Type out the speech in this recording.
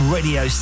Radio